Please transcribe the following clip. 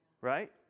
Right